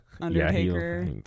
Undertaker